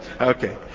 Okay